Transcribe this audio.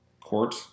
court